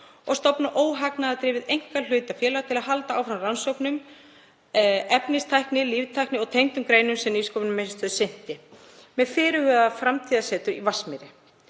og stofna óhagnaðardrifið einkahlutafélag til að halda áfram rannsóknum í efnistækni, líftækni og tengdum greinum sem Nýsköpunarmiðstöð sinnti með fyrirhuguðu Framtíðarsetri í Vatnsmýri.